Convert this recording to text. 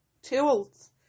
tools